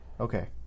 okay